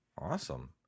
Awesome